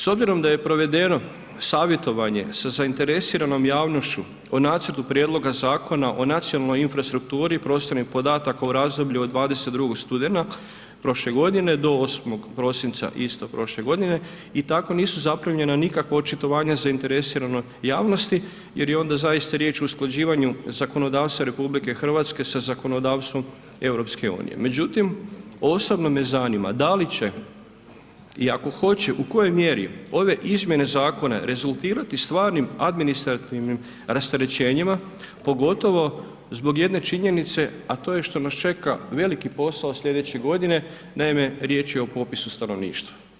S obzirom da je provedeno savjetovanje sa zainteresiranom javnošću o nacrtu Prijedloga Zakona o nacionalnoj infrastrukturi prostornih podataka u razdoblju od 22. studenog prošle godine do 8. prosinca isto prošle godine i tako nisu zaprimljena nikakva očitovanja zainteresirane javnosti jer je onda zaista riječ o usklađivanju zakonodavstva RH sa zakonodavstvom EU-a međutim osobno me zanima da li će i ako hoće, u kojoj mjeri ove izmjene zakona rezultirati stvarnim administrativnim rasterećenjima pogotovo zbog jedne činjenice a to je što nas čeka veliki posao slijedeće godine, naime riječ je o popisu stanovništva.